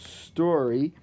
story